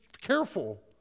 careful